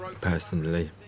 personally